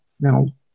now